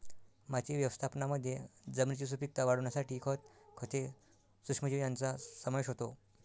माती व्यवस्थापनामध्ये जमिनीची सुपीकता वाढवण्यासाठी खत, खते, सूक्ष्मजीव यांचा समावेश होतो